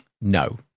No